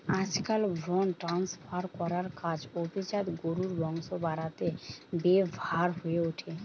আজকাল ভ্রুন ট্রান্সফার করার কাজ অভিজাত গরুর বংশ বাড়াতে ব্যাভার হয়ঠে